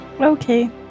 Okay